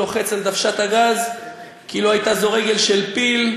לוחץ על דוושת הגז כאילו הייתה זו רגל של פיל,